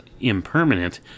impermanent